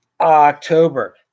October